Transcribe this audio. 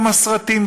גם הסרטים,